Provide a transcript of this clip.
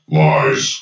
lies